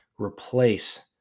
replace